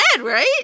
right